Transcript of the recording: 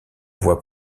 voix